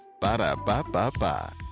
Ba-da-ba-ba-ba